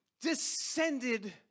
descended